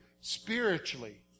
spiritually